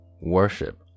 Worship